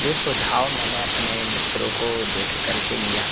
ये सुझाव मैंने अपने मित्रों को देख करके लिया